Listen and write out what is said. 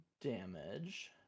damage